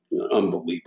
Unbelievable